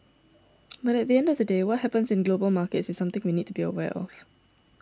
but at the end of the day what happens in global markets is something we need to be aware of